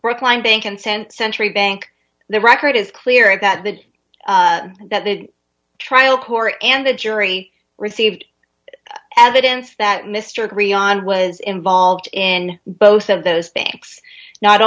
brookline bank and sent century bank the record is clear about that that it trial court and the jury received evidence that mr agree on was involved in both of those banks not